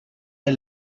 der